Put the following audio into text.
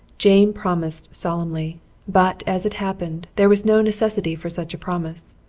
jane promised solemnly but, as it happened, there was no necessity for such a promise.